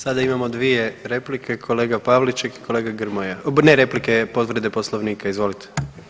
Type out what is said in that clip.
Sada imamo dvije replike, kolega Pavliček i kolega Grmoja, ne replike, povrede Poslovnika, izvolite.